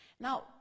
now